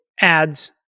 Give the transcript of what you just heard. ads